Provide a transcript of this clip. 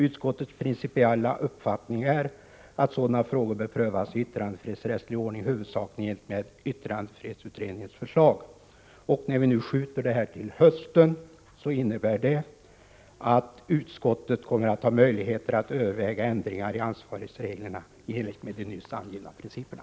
Utskottets principiella uppfattning är att sådana frågor bör prövas i När vi nu skjuter detta till hösten innebär det att utskottet kommer att ha ”möjlighet att överväga ändringar i ansvarighetsreglerna i enlighet med de nyss angivna principerna”.